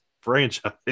franchise